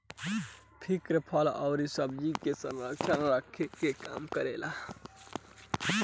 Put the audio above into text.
fridge फल अउरी सब्जी के संरक्षित रखे के काम करेला